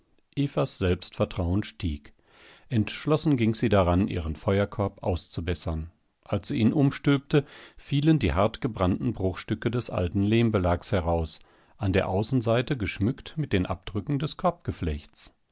selbstvertrauen stieg entschlossen ging sie daran ihren feuerkorb auszubessern als sie ihn umstülpte fielen die hartgebrannten bruchstücke des alten lehmbelags heraus an der außenseite geschmückt mit den abdrücken des